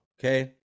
Okay